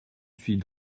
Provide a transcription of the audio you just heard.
suis